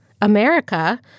America